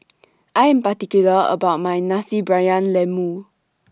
I Am particular about My Nasi Briyani Lembu